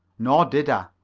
nor did i.